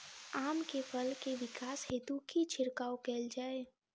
आम केँ फल केँ विकास हेतु की छिड़काव कैल जाए?